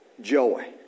Joy